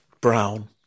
Brown